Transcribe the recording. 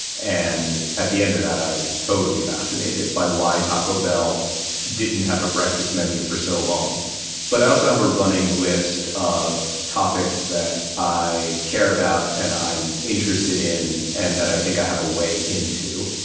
and at the end of that, i was totally fascinated by why taco bell didn't have a breakfast menu for so long but i also have a running list of topics that i care about and i'm interested in and that i think i have a way in to,